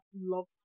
love